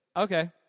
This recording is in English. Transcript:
Okay